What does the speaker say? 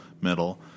middle